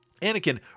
Anakin